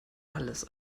alles